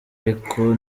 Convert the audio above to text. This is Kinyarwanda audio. ariko